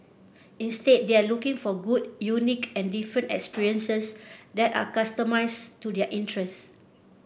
instead they are looking for good unique and different experiences that are customised to their interests